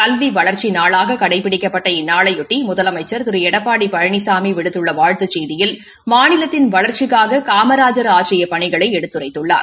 கல்வி வளர்ச்சி நாளாக கடைபிடிக்கப்பட்ட இந்நாளையொட்டி முலமைச்சர் திரு எடப்பாடி பழனிசாமி விடுத்துள்ள வாழ்த்துச் செய்தியில் மாநிலத்தின் வளர்ச்சிக்காக காமராஜர் ஆற்றிய பணிகளை எடுத்துரைத்துள்ளார்